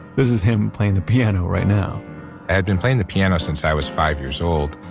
this is him playing the piano right now i had been playing the piano since i was five years old,